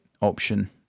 option